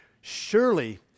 surely